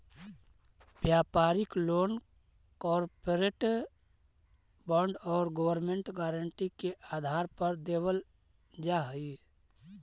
व्यापारिक loan corporate bond और government guarantee के आधार पर देवल जा हई